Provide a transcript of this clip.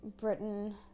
Britain